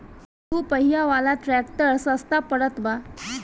दू पहिया वाला ट्रैक्टर सस्ता पड़त बा